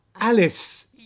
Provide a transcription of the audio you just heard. Alice